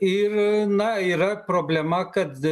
ir na yra problema kad